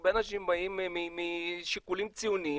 הרבה אנשים שבאים משיקולים ציוניים,